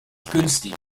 günstig